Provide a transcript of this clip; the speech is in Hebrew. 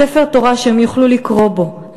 ספר תורה שהן יוכלו לקרוא בו,